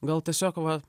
gal tiesiog va